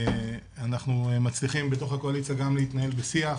אנחנו מצליחים בתוך הקואליציה גם להתנהל בשיח.